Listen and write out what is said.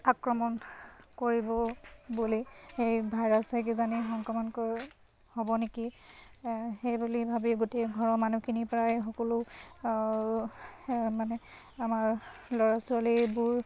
আক্ৰমণ কৰিব বুলি সেই ভাইৰাছে কিজানি সংক্ৰমণ হ'ব নেকি সেইবুলি ভাবি গোটেই ঘৰৰ মানুহখিনিৰপৰাই সকলো মানে আমাৰ ল'ৰা ছোৱালীবোৰ